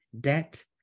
debt